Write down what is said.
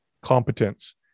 competence